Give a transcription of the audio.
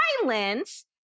violence